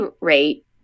rate